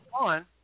one